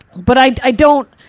but i, i don't,